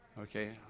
Okay